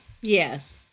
Yes